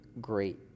great